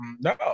no